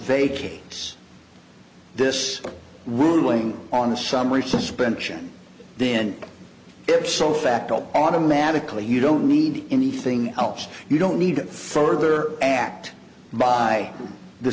vacates this ruling on the summary suspension then if so facto automatically you don't need anything else you don't need further act by the